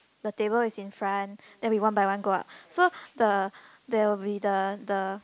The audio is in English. the table is in front then we one by one go up so the there will be the the